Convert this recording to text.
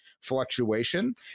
fluctuation